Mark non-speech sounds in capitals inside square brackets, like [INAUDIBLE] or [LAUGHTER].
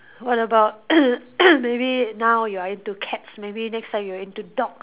what about [COUGHS] [COUGHS] maybe now you are into cats maybe next time you are into dogs